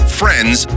friends